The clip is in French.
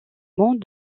monts